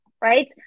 right